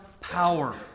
power